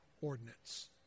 ordinance